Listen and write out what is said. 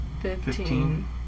fifteen